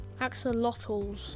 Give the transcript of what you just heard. Axolotls